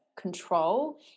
control